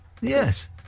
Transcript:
Yes